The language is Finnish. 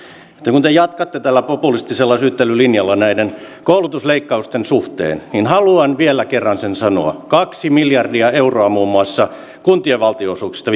kun te jatkatte tällä populistisella syyttelylinjalla näiden koulutusleikkausten suhteen haluan vielä kerran sen sanoa muun muassa kaksi miljardia euroa kuntien valtionosuuksista